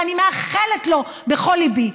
ואני מאחלת לו בכל ליבי,